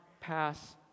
pass